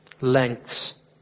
lengths